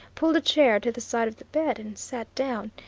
pulled a chair to the side of the bed and sat down,